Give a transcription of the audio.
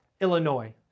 Illinois